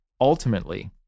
ultimately